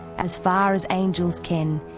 as far as angels ken,